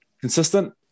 Consistent